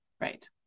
Right